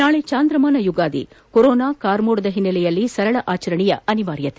ನಾಳೆ ಚಾಂದ್ರಮಾನ ಯುಗಾದಿ ಕೊರೋನಾ ವೈರಾಣು ಕಾರ್ಮೋಡದ ಒನ್ನೆಲೆಯಲ್ಲಿ ಸರಳ ಆಚರಣೆಯ ಅನಿವಾರ್ಯತೆ